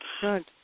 Good